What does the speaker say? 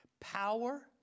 Power